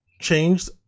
changed